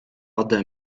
ode